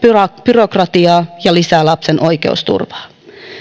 byrokratiaa ja lisää lapsen oikeusturvaa